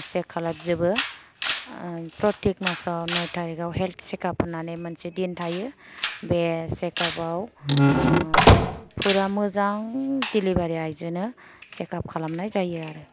सेक खालायजोबो फ्रथिग मासाव नय थारिगाव हेल्द सेखाब होन्नानै मोनसे थायो सेखाबाव फुरा मोजां दिलिभारि आइजोनो सेखाब खालामनाय जायो आरो